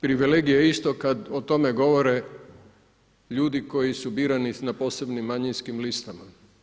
Privilegija je isto kad o tome govore ljudi koji su birani na posebnim manjinskim listama.